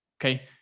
okay